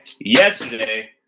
Yesterday